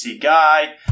guy